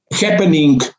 happening